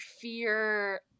fear